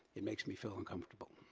it makes me feel uncomfortable.